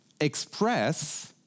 express